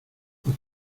los